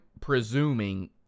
presuming –